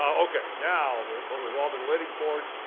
um okay, now what we've all been waiting for,